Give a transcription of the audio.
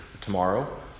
tomorrow